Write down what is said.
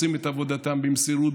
שעושים את עבודתם במסירות,